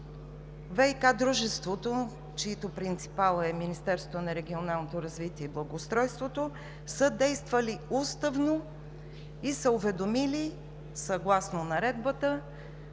ВиК дружеството, чийто принципал е Министерството на регионалното развитие и благоустройството, е действало уставно и е уведомило, съгласно Наредбата,